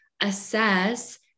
assess